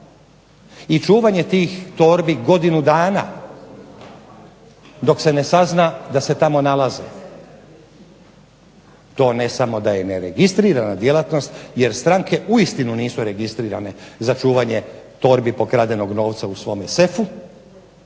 i čuvanje tih torbi godinu dana dok se ne sazna da se tamo nalaze. To ne samo da je neregistrirana djelatnost, jer strane uistinu nisu registrirane za čuvanje torbi pokradenog novca u svom sefu,